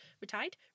retired